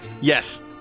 Yes